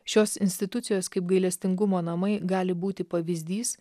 šios institucijos kaip gailestingumo namai gali būti pavyzdys